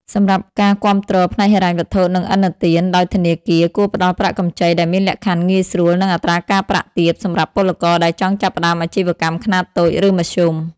សម្រាប់ការគាំទ្រផ្នែកហិរញ្ញវត្ថុ និងឥណទាន ដោយធនាគារ គួរផ្តល់ប្រាក់កម្ចីដែលមានលក្ខខណ្ឌងាយស្រួល និងអត្រាការប្រាក់ទាបសម្រាប់ពលករដែលចង់ចាប់ផ្តើមអាជីវកម្មខ្នាតតូច ឬមធ្យម។